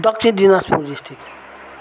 दक्षिण दिनाजपुर डिस्ट्रिक्ट